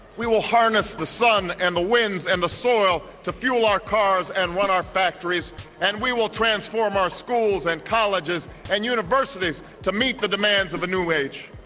we will harness the sun and the winds and the soil to fuel our cars and run our factories and we will transform our schools and colleges and universities to meet the demands of a new age.